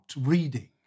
reading